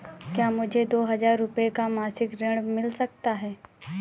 क्या मुझे दो हजार रूपए का मासिक ऋण मिल सकता है?